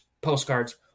postcards